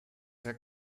hat